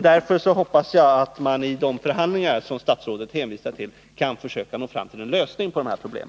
Därför hoppas jag att man i de förhandlingar som statsrådet hänvisar till kan försöka nå fram till en lösning på dessa problem.